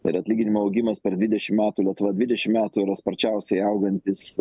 ir atlyginimų augimas per dvidešim metų lietuva dvidešim metų yra sparčiausiai augantis